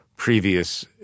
previous